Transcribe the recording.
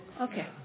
Okay